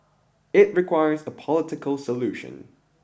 it requires a political solution